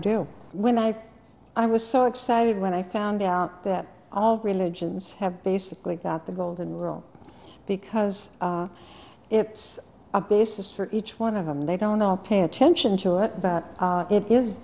do when i i was so excited when i found out that all religions have basically got the golden rule because it's a basis for each one of them they don't all pay attention to it but